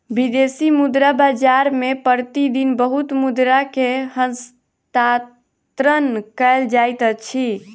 विदेशी मुद्रा बाजार मे प्रति दिन बहुत मुद्रा के हस्तांतरण कयल जाइत अछि